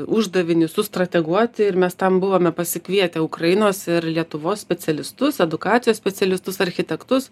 uždavinį sustrateguoti ir mes tam buvome pasikvietę ukrainos ir lietuvos specialistus edukacijos specialistus architektus